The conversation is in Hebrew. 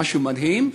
משהו מדהים,